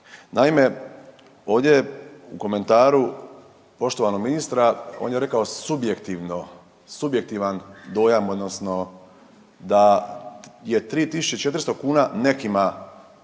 Naime, ovdje je u komentaru poštovanog ministra, on je rekao subjektivan dojam odnosno da je 3.400 kuna nekima